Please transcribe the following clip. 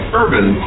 urban